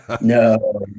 no